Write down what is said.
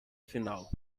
final